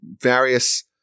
various